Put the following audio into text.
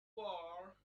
war